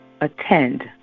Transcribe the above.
attend